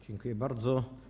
Dziękuję bardzo.